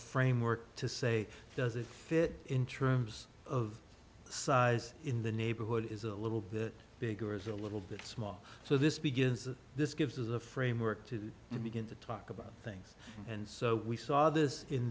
framework to say does it fit in terms of size in the neighborhood is a little bit big or is a little bit small so this begins and this gives us a framework to begin to talk about things and so we saw this in